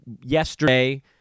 yesterday